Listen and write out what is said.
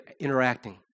interacting